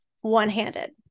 one-handed